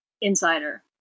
Insider